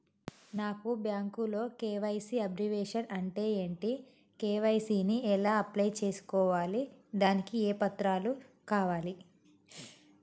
నాకు బ్యాంకులో KYC abbreviation అంటే ఏంటి కే.వై.సీ ని ఎలా అప్లై చేసుకోవాలి దానికి ఏ పత్రాలు కావాలి?